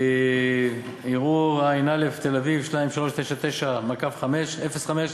ערעור ע"א (ת"א) 2399/05,